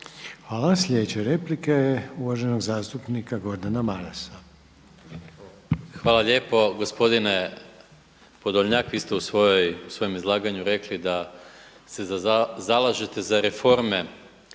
Hvala. Sljedeća replika je uvaženog zastupnika Gordana Marasa. **Maras, Gordan (SDP)** Hvala lijepo. Gospodine Podolnjak, vi ste u svojem izlaganju rekli da se zalažete za reforme